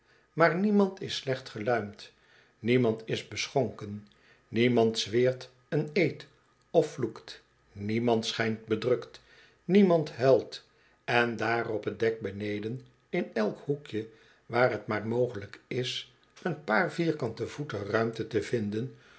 maar niemand is slecht geluimd niemand is beschonken niemand zweert een eed of vloekt niemand schijnt bedrukt niemand huilt en daar op t dek beneden in elk hoekje waar t maar mogelijk is een paar vierkante voeten ruimte te vinden